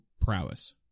prowess